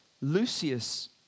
Lucius